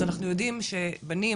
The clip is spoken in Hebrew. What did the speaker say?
אז אנחנו יודעים שבנים,